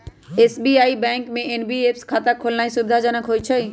SBI bank में NPS खता खोलेनाइ सुविधाजनक होइ छइ